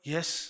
Yes